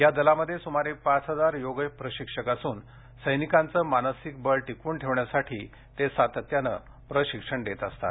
या दलामध्ये सुमारे पाच हजार योग प्रशिक्षक असून सैनिकांचं मानसिक बळ टिकवून ठेवण्यासाठी ते सातत्याने प्रशिक्षण देत असतात